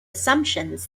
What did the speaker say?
assumptions